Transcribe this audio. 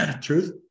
truth